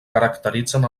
caracteritzen